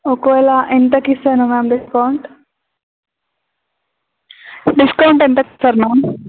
ఒకవేలా ఎంతకి ఇస్తాను ma'am discount discount ఎంత ఇస్తారు మ్యామ్